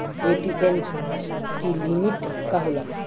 ATM की limit का होला?